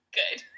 good